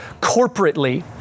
corporately